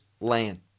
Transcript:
land